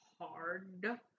hard